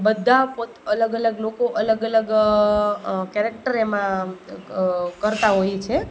બધાં અલગ અલગ લોકો અલગ અલગ કેરેક્ટર એમાં કરતાં હોય છે